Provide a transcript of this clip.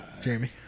Jeremy